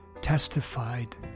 testified